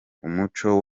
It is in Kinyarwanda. umuco